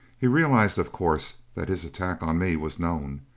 he realized, of course, that his attack on me was known.